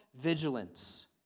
vigilance